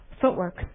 footwork